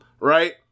right